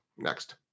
Next